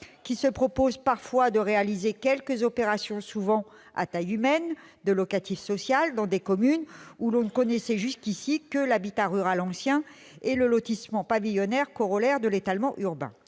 qui visent parfois à réaliser quelques opérations, souvent à « taille humaine », de logement locatif social dans des communes où l'on ne connaissait jusque-là que l'habitat rural ancien et le lotissement pavillonnaire, corollaire de l'étalement urbain